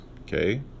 Okay